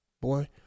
boy